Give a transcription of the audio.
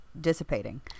dissipating